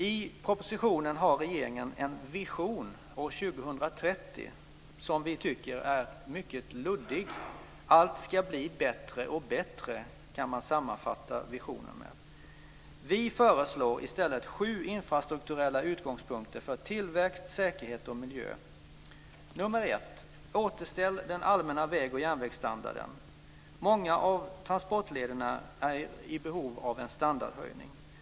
I propositionen har regeringen en vision år 2030, som vi tycker är mycket luddig. Allt ska bli bättre och bättre, kan man sammanfatta visionen med. Vi föreslår i stället sju infrastrukturella utgångspunkter för tillväxt, säkerhet och miljö. För det första: Återställ den allmänna väg och järnvägsstandarden. Många av transportlederna är i behov av en standardhöjning.